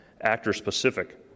actor-specific